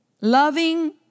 Loving